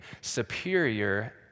superior